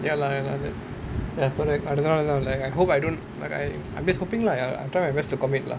ya lah ya lah like ya correct I know I know like I hope I don't but I I'm just hoping lah ya lah I'll try my best to commit lah